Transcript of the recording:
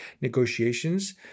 negotiations